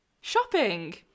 Shopping